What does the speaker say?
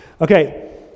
Okay